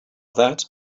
that